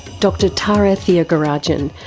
dr tara thiagarajan,